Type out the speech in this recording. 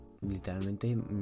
literalmente